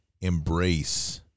embrace